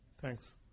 Thanks